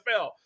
NFL